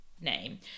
name